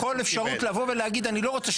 אפשרות לבוא ולהגיד: אני לא רוצה,